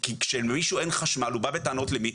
כי כשלמישהו אין חשמל הוא בא בטענות למי?